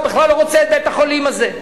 הוא בכלל לא רוצה את בית-החולים הזה.